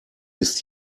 ist